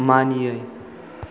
मानियै